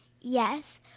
Yes